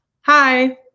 Hi